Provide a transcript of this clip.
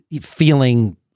feeling